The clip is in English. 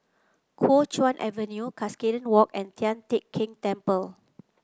Kuo Chuan Avenue Cuscaden Walk and Tian Teck Keng Temple